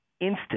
instant